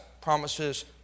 promises